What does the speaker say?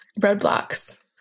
roadblocks